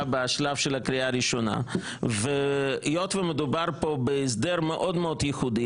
בשלב של הקריאה הראשונה והיות שמדובר פה בהסדר מאוד מאוד ייחודי